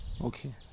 Okay